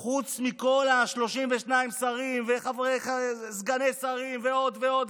חוץ מכל ה-32 שרים, סגני שרים ועוד ועוד ועוד,